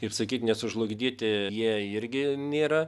kaip sakyt nesužlugdyti jie irgi nėra